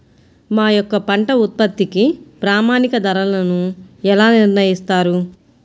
మా యొక్క పంట ఉత్పత్తికి ప్రామాణిక ధరలను ఎలా నిర్ణయిస్తారు?